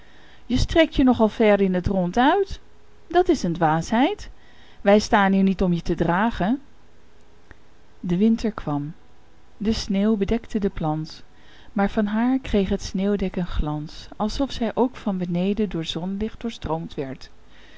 je strekt je nog al ver in het rond uit dat is een dwaasheid wij staan hier niet om je te dragen de winter kwam de sneeuw bedekte de plant maar van haar kreeg het sneeuwdek een glans alsof zij ook van beneden door zonlicht doorstroomd werd